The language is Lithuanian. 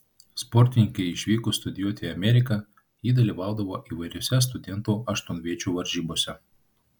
sportininkei išvykus studijuoti į ameriką ji dalyvaudavo įvairiose studentų aštuonviečių varžybose